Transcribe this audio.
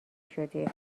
شدی